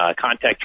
contact